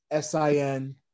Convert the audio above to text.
sin